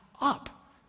up